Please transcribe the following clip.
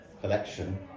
collection